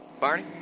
Barney